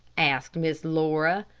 asked miss laura.